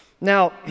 Now